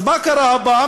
אז מה קרה הפעם?